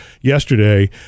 yesterday